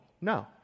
no